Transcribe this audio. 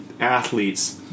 Athletes